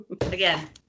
Again